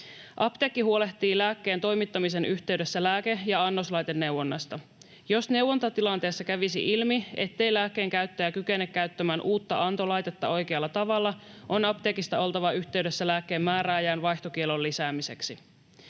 Apteekki huolehtii lääkkeen toimittamisen yhteydessä lääke- ja annoslaiteneuvonnasta. Jos neuvontatilanteessa kävisi ilmi, ettei lääkkeen käyttäjä kykene käyttämään uutta antolaitetta oikealla tavalla, on apteekista oltava yhteydessä lääkkeen määrääjään vaihtokiellon lisäämiseksi.